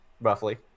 roughly